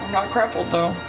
not grappled, though.